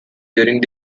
during